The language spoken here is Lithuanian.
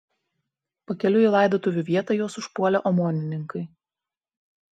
pakeliui į laidotuvių vietą juos užpuolė omonininkai